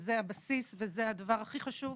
וזה הבסיס וזה הדבר הכי חשוב,